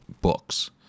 books